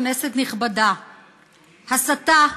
כנסת נכבדה, הסתה,